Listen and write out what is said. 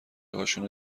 هاشونو